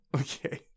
Okay